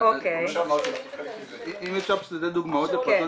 כמו שאמרתי לך --- אם אפשר דוגמאות ספציפיות.